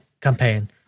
campaign